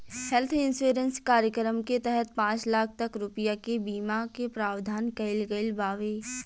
health insurance कार्यक्रम के तहत पांच लाख तक रुपिया के बीमा के प्रावधान कईल गईल बावे